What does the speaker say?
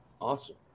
awesome